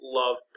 love